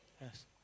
Yes